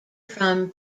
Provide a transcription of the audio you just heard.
from